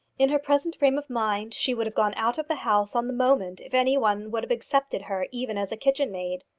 in her present frame of mind she would have gone out of the house on the moment if any one would have accepted her even as a kitchenmaid.